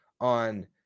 on